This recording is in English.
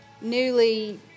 newly